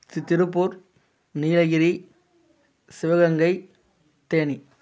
Tiruppur Nilgiri Sivaganga ஆஹ்